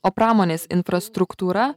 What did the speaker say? o pramonės infrastruktūra